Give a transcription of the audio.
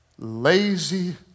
lazy